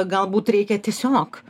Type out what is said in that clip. galbūt reikia tiesiog